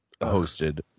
hosted